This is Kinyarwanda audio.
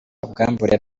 ubwambure